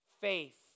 Faith